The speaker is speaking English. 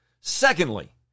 Secondly